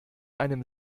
einem